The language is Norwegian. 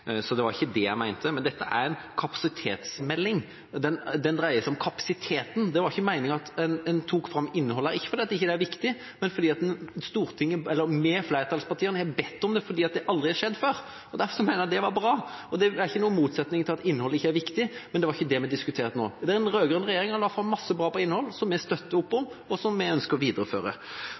Så det var ikke det jeg mente. Men dette er en kapasitetsmelding – den dreier seg om kapasiteten. Det var ikke meninga at en tok fram innholdet, ikke fordi det ikke er viktig, men fordi vi i flertallspartiene har bedt om det fordi det aldri har skjedd før. Derfor mener jeg det var bra. Det står ikke i noen motsetning til at innholdet ikke er viktig, men det var ikke det vi diskuterte nå. Den rød-grønne regjeringa la fram masse bra på innhold som vi støttet opp om, og som vi ønsker å videreføre.